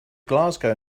glasgow